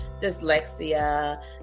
dyslexia